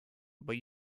but